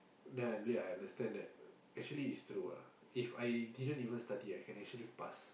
then I really understand that actually is true ah If I didn't even study I can actually pass